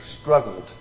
struggled